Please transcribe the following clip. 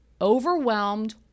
overwhelmed